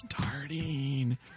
starting